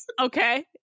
Okay